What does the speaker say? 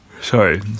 Sorry